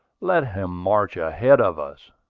let him march ahead of us.